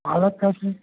पालक साग कैसे